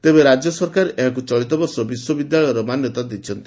ତେବେ ରାଜ୍ୟ ସରକାର ଏହାକୁ ଚଳିତ ବର୍ଷ ବିଶ୍ୱବିଦ୍ୟାଳୟର ମାନ୍ୟତା ଦେଇଛନ୍ତି